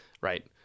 right